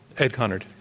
ed conard.